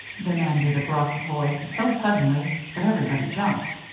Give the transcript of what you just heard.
demanded a gruff voice so suddenly that everybody jumped.